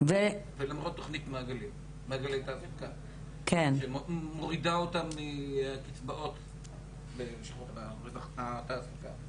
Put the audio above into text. מעגלי תעסוקה שמורידה אותן בקצבאות בלשכות התעסוקה.